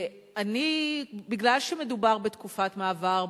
בגלל שמדובר בתקופת מעבר,